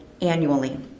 annually